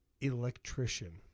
electrician